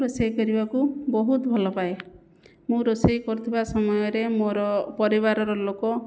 ରୋଷେଇ କରିବାକୁ ବହୁତ ଭଲପାଏ ମୁଁ ରୋଷେଇ କରୁଥିବା ସମୟରେ ମୋର ପରିବାରର ଲୋକ